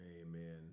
Amen